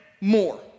more